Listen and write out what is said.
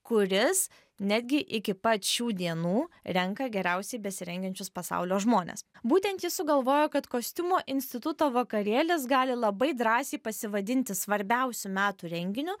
kuris netgi iki pat šių dienų renka geriausiai besirengiančius pasaulio žmones būtent ji sugalvojo kad kostiumo instituto vakarėlis gali labai drąsiai pasivadinti svarbiausiu metų renginiu